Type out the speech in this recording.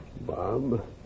Bob